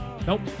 Nope